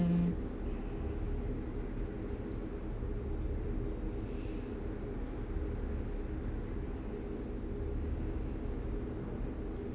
mm